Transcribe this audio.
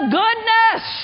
goodness